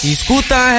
Escuta